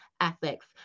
ethics